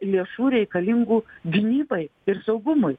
lėšų reikalingų gynybai ir saugumui